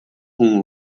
хүн